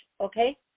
okay